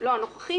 לא הנוכחי,